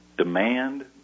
demand